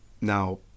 now